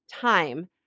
time